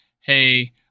hey